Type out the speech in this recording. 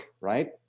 right